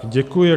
Děkuji.